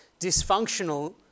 dysfunctional